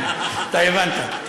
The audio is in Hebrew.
אתה הבנת.